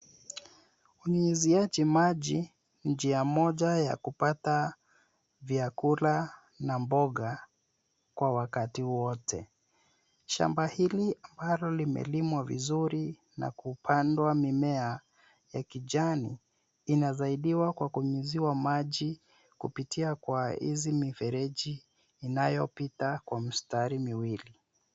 Unyunyiziaji maji ni njia moja ya kupata vyakula na mboga kwa wakati wote. Shamba hili ambalo limelimwa vizuri na kupandwa mimea ya kijani inasaidiwa kwa kunyunyiziwa maji kupitia kwa hizi mifereji inayopita kwa mistari miwili.